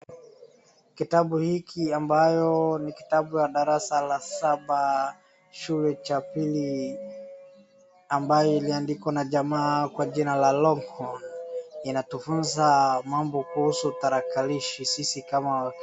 Kitabu hiki ambacho ni kitabu cha darasa la saba, shule ya upili ambacho kimeandikwa na jamaa kwa jina la Longhorn inatufunza mambo kuhusu tarakilishi sisi kama wakenya.